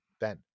Ben